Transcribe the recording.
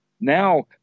Now